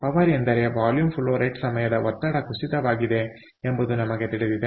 power ಎಂದರೆ volume flow rate ಸಮಯದ ಒತ್ತಡದ ಕುಸಿತವಾಗಿದೆ ಎಂಬುದು ನಮಗೆ ತಿಳಿದಿದೆ